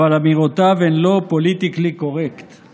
אבל אמירותיו הן לא פוליטיקלי קורקט;